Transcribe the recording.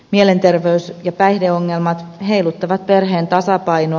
mielenterveys ja päihdeongelmat heiluttavat perheen tasapainoa